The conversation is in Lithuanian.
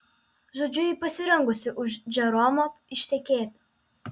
žodžiu ji pasirengusi už džeromo ištekėti